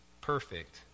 perfect